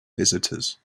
visitors